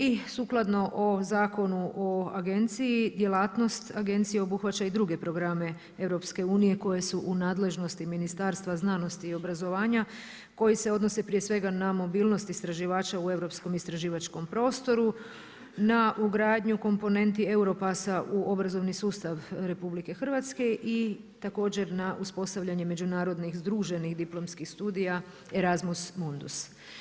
I sukladno o Zakonu o agenciji, djelatnost agencije obuhvaća i druge programe EU koje su u nadležnosti Ministarstva znanosti i obrazovanja koje se odnose prije svega na mobilnost istraživača u europskom istraživačkom prostoru, na ugradnju komponenti Europassa u obrazovni sustav RH i također na uspostavljanje međunarodnih združenih diplomskih studija Erasmus Mundus.